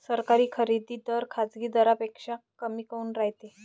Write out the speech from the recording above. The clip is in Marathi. सरकारी खरेदी दर खाजगी दरापेक्षा कमी काऊन रायते?